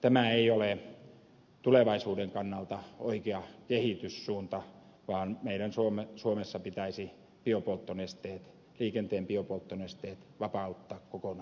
tämä ei ole tulevaisuuden kannalta oikea kehityssuunta vaan meidän suomessa pitäisi liikenteen biopolttonesteet vapauttaa kokonaan verosta